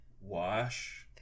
Wash